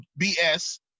BS